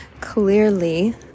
clearly